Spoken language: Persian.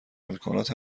امکانات